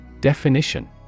Definition